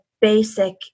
basic